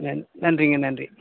நன் நன்றிங்க நன்றி